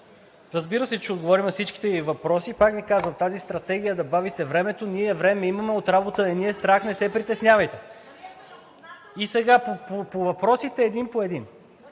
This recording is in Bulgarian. разбира се, че ще отговоря на всичките Ви въпроси. И пак Ви казвам: тази стратегия да бавите времето – ние време имаме, от работа не ни е страх, не се притеснявайте. Сега по въпросите – един по един.